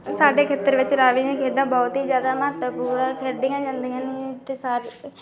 ਸਾਡੇ ਖੇਤਰ ਵਿੱਚ ਰਾਵੀ ਦੀਆ ਖੇਡਾਂ ਬਹੁਤ ਹੀ ਜ਼ਿਆਦਾ ਮਹੱਤਵਪੂਰਨ ਖੇਡੀਆਂ ਜਾਂਦੀਆਂ ਨੇ ਅਤੇ ਸਾਰੇ